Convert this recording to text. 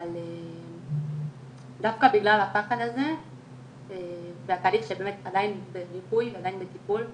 אבל דווקא בגלל הפחד הזה והתהליך שעדיין בריפוי ועדיין בטיפול,